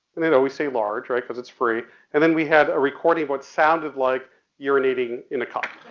and they'd always say large, right, cause it's free and then we had a recording of what sounded like urinating in a cup.